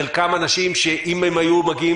חלקם אנשים שאם הם היו מגיעים